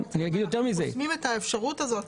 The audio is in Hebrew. אם חוסמים את האפשרות הזאת,